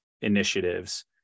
initiatives